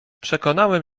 przekonałem